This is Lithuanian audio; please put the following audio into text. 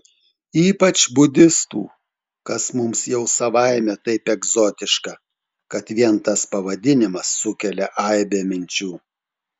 ypač budistų kas mums jau savaime taip egzotiška kad vien tas pavadinimas sukelia aibę minčių